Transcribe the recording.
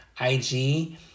IG